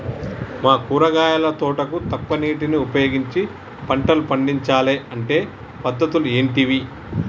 మా కూరగాయల తోటకు తక్కువ నీటిని ఉపయోగించి పంటలు పండించాలే అంటే పద్ధతులు ఏంటివి?